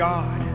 God